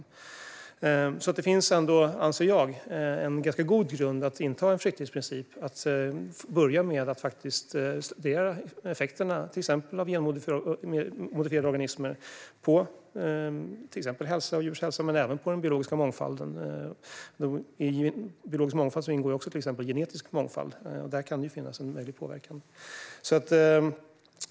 Jag anser att det alltså ändå finns en ganska god grund för att inta en försiktighetsprincip och för att börja med att studera effekterna av till exempel genmodifierade organismer på människors och djurs hälsa men även på den biologiska mångfalden. I biologisk mångfald ingår också till exempel genetisk mångfald. Där kan det finnas en möjlig påverkan.